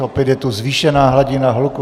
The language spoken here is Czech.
Opět je tu zvýšená hladina hluku!